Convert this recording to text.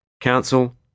Council